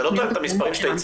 זה לא תואם את המספרים שהצגת,